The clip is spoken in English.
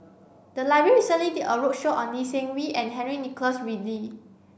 the library recently did a roadshow on Lee Seng Wee and Henry Nicholas Ridley